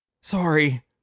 Sorry